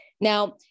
Now